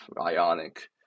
ionic